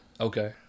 Okay